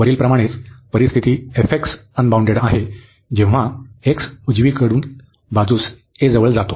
वरीलप्रमाणेच परिस्थिती f unbounded आहे जेव्हा x उजवीकडील बाजूस a जवळ जातो